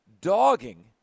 dogging